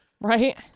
Right